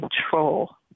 control